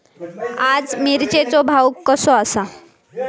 आज मिरचेचो भाव कसो आसा?